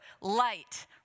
light